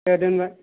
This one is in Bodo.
दे दोनबाय